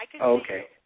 Okay